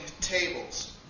tables